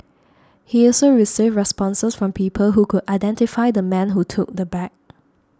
he also received responses from people who could identify the man who took the bag